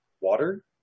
water